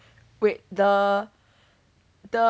wait the the